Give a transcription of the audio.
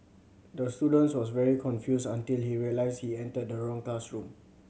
the student was very confused until he realised he entered the wrong classroom